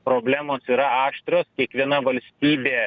problemos yra aštrios kiekviena valstybė